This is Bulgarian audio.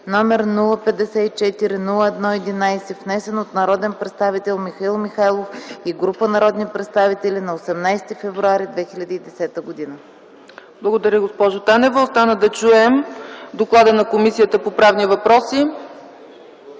№ 054-01-11, внесен от народния представител Михаил Михайлов и група народни представители на 18 февруари 2010 г.” ПРЕДСЕДАТЕЛ ЦЕЦКА ЦАЧЕВА: Благодаря, госпожо Танева. Остана да чуем доклада на Комисията по правни въпроси.